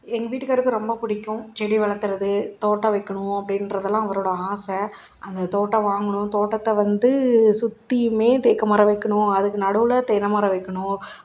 எங்கள் வீட்டுக்காரருக்கு ரொம்ப பிடிக்கும் செடி வளத்துறது தோட்டம் வைக்கணும் அப்படின்றதெல்லாம் அவரோட ஆசை அது தோட்டம் வாங்கணும் தோட்டத்தை வந்து சுற்றியுமே தேக்குமரம் வைக்கணும் அதுக்கு நடுவில் தென்னைமரம் வைக்கணும்